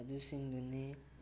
ꯑꯗꯨꯁꯤꯡꯗꯨꯅꯤ